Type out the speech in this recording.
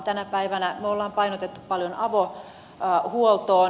tänä päivänä me olemme painottaneet paljon avohuoltoon